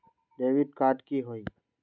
Debit card की होई?